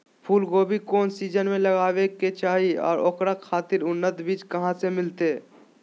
फूलगोभी कौन सीजन में लगावे के चाही और ओकरा खातिर उन्नत बिज कहा से मिलते?